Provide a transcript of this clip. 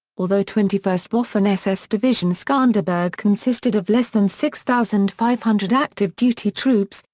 although twenty first waffen ss division skanderberg consisted of less than six thousand five hundred active-duty troops,